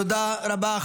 תודה רבה.